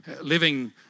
living